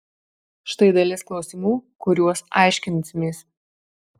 štai dalis klausimų kuriuos aiškinsimės